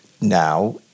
now